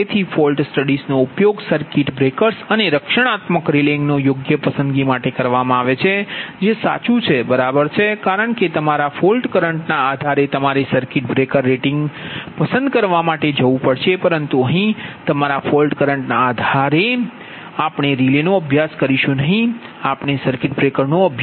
તેથી ફોલ્ટ સ્ટડીઝનો ઉપયોગ સર્કિટ બ્રેકર્સ અને રક્ષણાત્મક રિલેઇંગની યોગ્ય પસંદગી માટે કરવામાં આવે છે જે સાચું છે બરાબર છે કારણ કે તમારા ફોલ્ટ કરંટ ના આધારે તમારે સર્કિટ બ્રેકર રેટિંગ પસંદ કરવા માટે જવું પડશે પરંતુ અહીં આપણે રિલેનો અભ્યાસ કરીશું નહીં આપણે સર્કિટ બ્રેકરનો અભ્યાસ કરીશું નથી